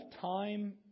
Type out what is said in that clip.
time